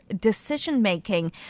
decision-making